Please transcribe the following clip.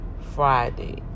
Friday